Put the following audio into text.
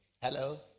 hello